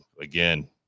again